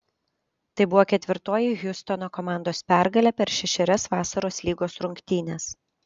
tai buvo ketvirtoji hjustono komandos pergalė per šešerias vasaros lygos rungtynes